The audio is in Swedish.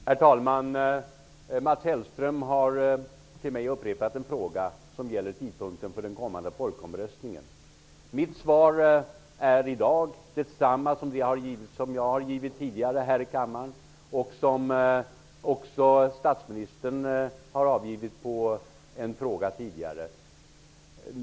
Herr talman! Mats Hellström har upprepat en fråga som gäller tidpunkten för den kommande folkomröstningen. Mitt svar är i dag detsamma som det jag har givit tidigare här i kammaren. Statsministern har också avgivit samma svar på en fråga tidigare.